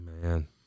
Man